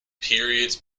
periods